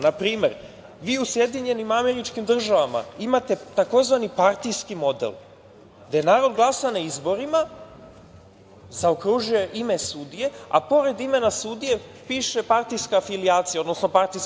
Na primer, vi u SAD imate tzv. partijski model gde narod glasa na izborima, zaokruži ime sudije, a pored imena sudije piše partijska pripadnost.